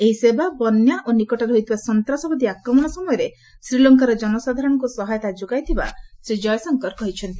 ଏହି ସେବା ବନ୍ୟା ଓ ନିକଟରେ ହୋଇଥିବା ସନ୍ତାସବାଦୀ ଆକ୍ରମଣ ସମୟରେ ଶ୍ରୀଲଙ୍କାର କନସାଧାରଣଙ୍କ ସହାୟତା ଯୋଗାଇଥିବା ଶ୍ରୀ ଜୟଶଙ୍କର କହିଛନ୍ତି